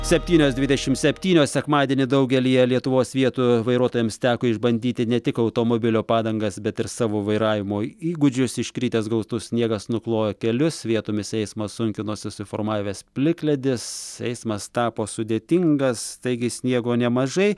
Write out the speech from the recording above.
septynios dvidešim septynios sekmadienį daugelyje lietuvos vietų vairuotojams teko išbandyti ne tik automobilio padangas bet ir savo vairavimo įgūdžius iškritęs gausus sniegas nuklojo kelius vietomis eismą sunkino susiformavęs plikledis eismas tapo sudėtingas taigi sniego nemažai